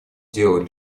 делает